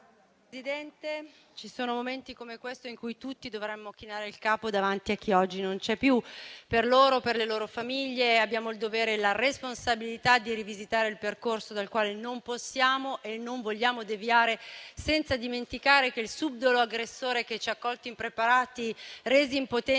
Presidente, ci sono momenti come questo in cui tutti dovremmo chinare il capo davanti a chi oggi non c'è più; per loro, per le loro famiglie abbiamo il dovere e la responsabilità di rivisitare il percorso dal quale non possiamo e non vogliamo deviare senza dimenticare che il subdolo aggressore che ci ha colti impreparati, resi impotenti